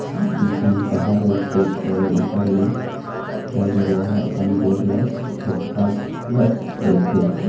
झनकहा रोग के होय ऊपर ले गाय गरुवा ह अपन गोड़ ल झटकारत रहिथे